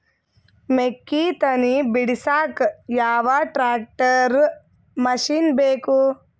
ಮೆಕ್ಕಿ ತನಿ ಬಿಡಸಕ್ ಯಾವ ಟ್ರ್ಯಾಕ್ಟರ್ ಮಶಿನ ಬೇಕು?